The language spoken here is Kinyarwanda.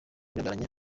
babyaranye